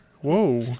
Whoa